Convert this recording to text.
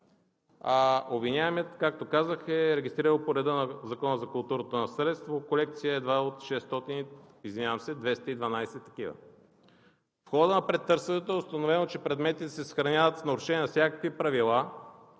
обвиняемият, както казах, е регистрирал по реда на Закона за културното наследство колекция едва от 212 такива. В хода на претърсването е установено, че предметите се съхраняват в нарушение на всякакви правила,